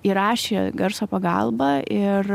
įrašė garso pagalba ir